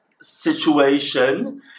situation